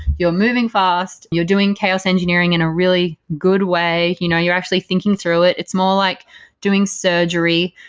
you're moving fast, you're doing chaos engineering in a really good way, you know you're actually thinking through it. it's more like doing surgery.